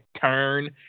turn